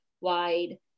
wide